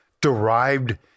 derived